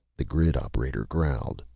the grid operator growled.